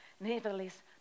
nevertheless